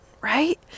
right